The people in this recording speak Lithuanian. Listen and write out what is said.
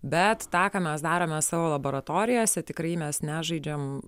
bet tą ką mes darome savo laboratorijose tikrai mes nežaidžiam